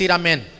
amen